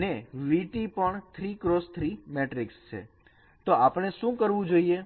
ને V T પણ 3 x 3 matrix છે તો આપણે શું કરવું જોઈએ